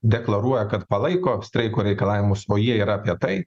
deklaruoja kad palaiko streiko reikalavimus o jie yra apie tai